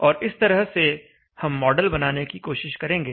और इस तरह से हम मॉडल बनाने की कोशिश करेंगे